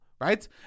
right